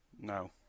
No